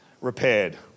repaired